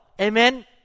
Amen